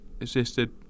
assisted